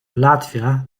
latvia